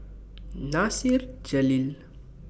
Nasir Jalil